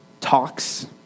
talks